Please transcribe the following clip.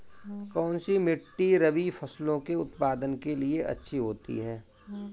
कौनसी मिट्टी रबी फसलों के उत्पादन के लिए अच्छी होती है?